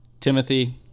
Timothy